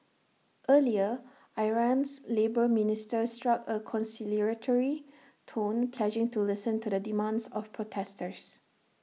earlier Iran's labour minister struck A conciliatory tone pledging to listen to the demands of protesters